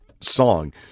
song